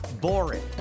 boring